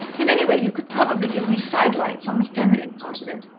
and anyway, you could probably give me sidelights on the feminine part of it.